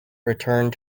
returned